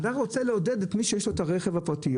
אנחנו נרצה לעודד את מי שיש לו רכב פרטי.